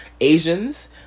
Asians